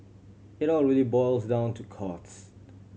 it all really boils down to cost